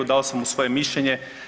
Dao sam mu svoje mišljenje.